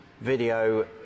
video